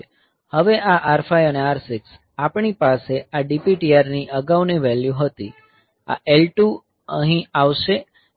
હવે આ R5 અને R6 આપણી પાસે આ DPTR ની અગાઉની વેલ્યુ હતી આ L2 અહીં આવશે